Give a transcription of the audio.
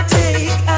take